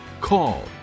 call